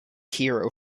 hero